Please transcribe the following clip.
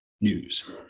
news